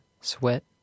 Sweat